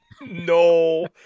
no